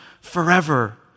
forever